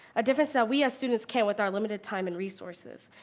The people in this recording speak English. a difference that we, as students, can't with our limited time and resources.